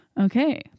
okay